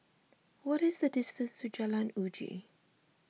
what is the distance to Jalan Uji